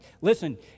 Listen